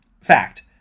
Fact